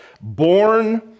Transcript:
born